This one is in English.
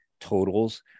totals